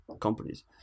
companies